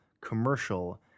commercial